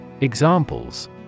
Examples